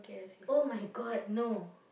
!oh-my-God! no